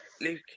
Luke